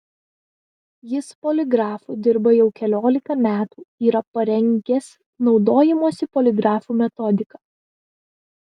jis poligrafu dirba jau keliolika metų yra parengęs naudojimosi poligrafu metodiką